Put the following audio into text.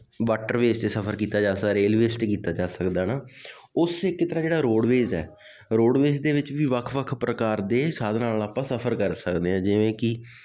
water base 'ਤੇ ਸਫਰ ਕੀਤਾ ਜਾ ਸਕਦਾ ਰੇਲ ਬੇਸਡ ਕੀਤਾ ਜਾ ਸਕਦਾ ਨਾ ਉਸ ਇੱਕ ਤਰ੍ਹਾਂ ਜਿਹੜਾ ਰੋਡਵੇਜ਼ ਹੈ ਰੋਡਵੇਜ਼ ਦੇ ਵਿੱਚ ਵੀ ਵੱਖ ਵੱਖ ਪ੍ਰਕਾਰ ਦੇ ਸਾਧਨਾਂ ਵਾਲਾ ਆਪਾਂ ਸਫਰ ਕਰ ਸਕਦੇ ਹਾਂ ਜਿਵੇਂ ਕਿ